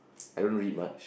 I don't read much